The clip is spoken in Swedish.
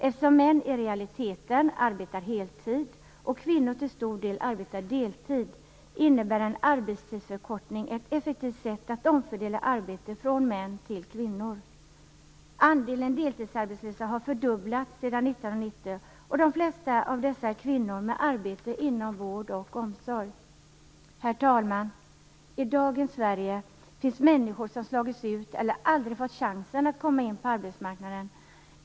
Eftersom män i realiteten arbetar heltid och kvinnor till stor del arbetar deltid, innebär en arbetstidsförkortning ett effektivt sätt att omfördela arbete från män till kvinnor. 1990, och de flesta av dessa är kvinnor med arbete inom vård och omsorg. Herr talman! I dagens Sverige finns människor som slagits ut eller aldrig fått chansen att komma in på arbetsmarknaden.